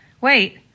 wait